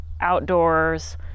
outdoors